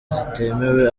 zitemewe